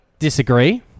Disagree